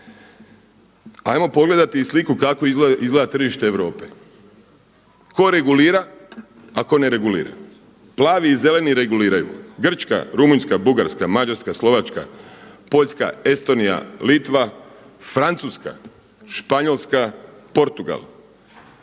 Hajmo pogledati i sliku kako izgleda tržište Europe, tko regulira, a tko ne regulira. Plavi i zeleni reguliraju. Grčka, Rumunjska, Bugarska, Mađarska, Slovačka, Poljska, Estonija, Litva, Francuska, Španjolska, Portugal,